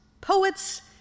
poets